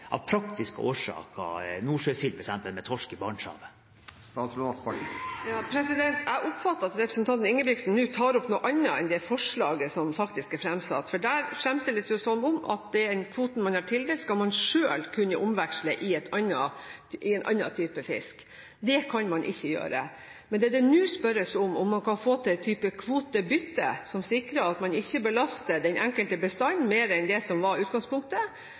av praktiske årsaker, bytte f.eks. nordsjøsild mot torsk i Barentshavet? Jeg oppfatter at representanten Ingebrigtsen nå tar opp noe annet enn det forslaget som faktisk er framsatt. Der framstilles det jo som om at den kvoten man er tildelt, skal man selv kunne omveksle i en annen type fisk. Det kan man ikke gjøre. Det som det nå spørres om; hvorvidt man kan få til et slags kvotebytte, som sikrer at man ikke belaster den enkelte bestanden mer enn det som var utgangspunktet,